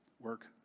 work